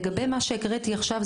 לגבי מה שהקראתי עכשיו,